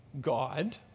God